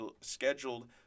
scheduled